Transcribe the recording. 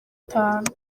itanu